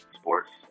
sports